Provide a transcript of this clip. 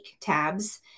tabs